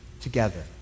together